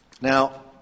Now